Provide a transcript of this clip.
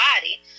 body